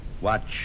Watch